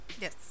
Yes